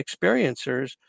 experiencers